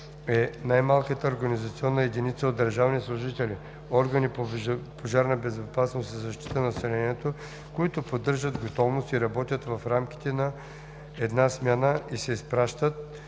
е най-малката организационна единица от държавни служители – органи по пожарна безопасност и защита на населението, които поддържат готовност и работят в рамките на една смяна и се изпращат